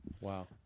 Wow